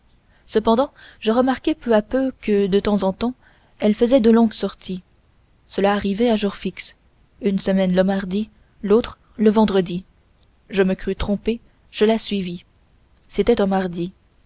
cependant je remarquais peu à peu que de temps en temps elle faisait de longues sorties cela arrivait à jour fixe une semaine le mardi l'autre le vendredi je me crus trompé je la suivis c'était un mardi